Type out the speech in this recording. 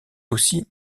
aussi